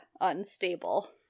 unstable